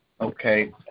okay